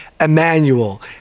Emmanuel